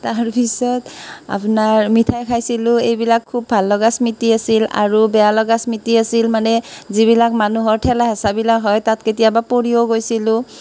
তাৰ পিছত আপোনাৰ মিঠাই খাইছিলোঁ এইবিলাক খুউব ভাল লগা স্মৃতি আছিল আৰু বেয়া লগা স্মৃতি আছিল মানে যিবিলাক মানুহৰ ঠেলা হেঁচাবিলাক হয় তাত কেতিয়াবা পৰিও গৈছিলোঁ